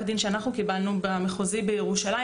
דין שאנחנו קיבלנו במחוזי בירושלים.